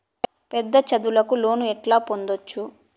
పెద్ద చదువులకు లోను ఎట్లా పొందొచ్చు